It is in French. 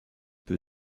peu